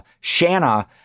Shanna